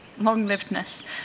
long-livedness